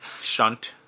Shunt